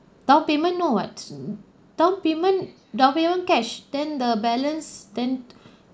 down payment no [what] mm down payment down payment cash then the balance then